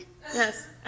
Yes